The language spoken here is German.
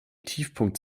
tiefpunkt